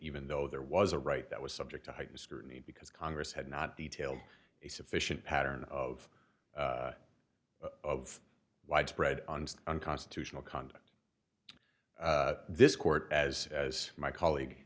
even though there was a right that was subject to heightened scrutiny because congress had not detail a sufficient pattern of of widespread and unconstitutional conduct this court as as my colleague